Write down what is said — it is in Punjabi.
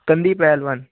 ਕੰਦੀ ਪਹਿਲਵਾਨ